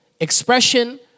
expression